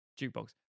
jukebox